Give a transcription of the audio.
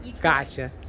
Gotcha